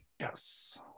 yes